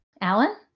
Alan